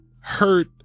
hurt